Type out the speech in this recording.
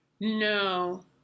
No